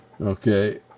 Okay